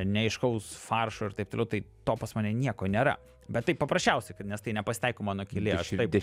neaiškaus faršo ir taip toliau tai to pas mane nieko nėra bet tai paprasčiausiai kad nes tai ne pasitaiko mano kelyje aš taip